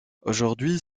aujourd’hui